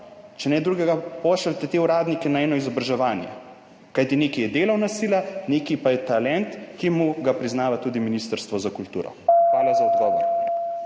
Če ne drugega, pošljite te uradnike na eno izobraževanje. Kajti nekaj je delovna sila, nekaj pa je talent, ki mu ga priznava tudi Ministrstvo za kulturo. Hvala za odgovor.